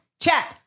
chat